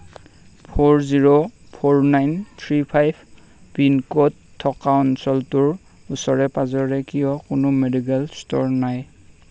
four zero four nine three five pin code থকা অঞ্চলটোৰ ওচৰে পাঁজৰে কিয় কোনো মেডিকেল ষ্ট'ৰ নাই